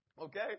Okay